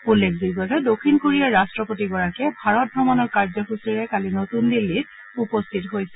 উল্লেখযোগ্য যে দক্ষিণ কোৰিয়াৰ ৰাট্টপতিগৰাকীয়ে ভাৰত ভ্ৰমণৰ কাৰ্য্যসূচীৰে কালি নতুন দিল্লীত উপস্থিত হৈছিল